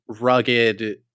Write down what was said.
rugged